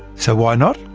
so why not?